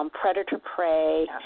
Predator-prey